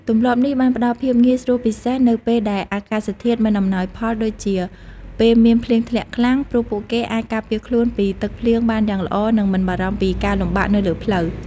ទម្លាប់នេះបានផ្តល់ភាពងាយស្រួលពិសេសនៅពេលដែលអាកាសធាតុមិនអំណោយផលដូចជាពេលមានភ្លៀងធ្លាក់ខ្លាំង ព្រោះពួកគេអាចការពារខ្លួនពីទឹកភ្លៀងបានយ៉ាងល្អនិងមិនបារម្ភពីការលំបាកនៅលើផ្លូវ។